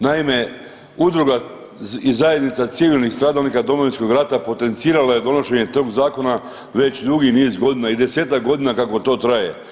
Naime, Udruga i zajednica civilnih stradalnika Domovinskog rata potencirala je donošenje tog zakona već dugi niz godina i desetak godina kako to traje.